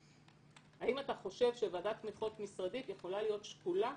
האם אתה חושב שוועדת תמיכות משרדית יכולה להיות שקולה